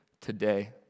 today